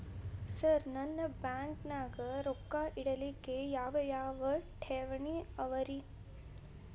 Sir ನಿಮ್ಮ ಬ್ಯಾಂಕನಾಗ ರೊಕ್ಕ ಇಡಲಿಕ್ಕೆ ಯಾವ್ ಯಾವ್ ಠೇವಣಿ ಅವ ರಿ?